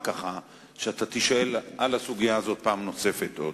שאתה תישאל על הסוגיה הזאת פעם נוספת.